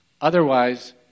Otherwise